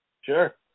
Sure